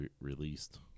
released